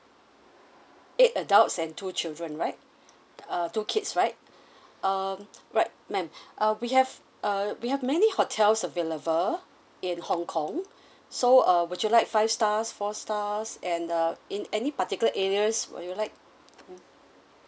eight adults and two children right uh two kids right um right ma'am uh we have uh we have many hotels available in hong kong so uh would you like five stars four stars and uh in any particular areas will you like mm